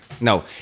no